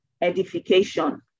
edification